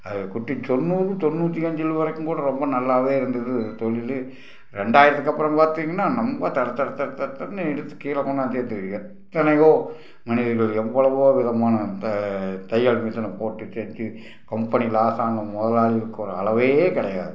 அது குட்டி தொண்ணூறு தொண்ணூற்றி அஞ்சில் வரைக்கும் கூட ரொம்ப நல்லாவே இருந்தது தொழிலு ரெண்டாயிரத்துக்கப்புறம் பார்த்தீங்கன்னா ரொம்ப தர தர தர தர தரன்னு இழுத்து கீழே கொண்டாந்து ஏத்து எத்தனையோ மனிதர்கள் எவ்வளோவோ விதமான அந்த தையல் மிசினை போட்டு தச்சு கம்பெனி லாஸ் ஆன முதலாளிக்கு ஒரு அளவே கிடையாது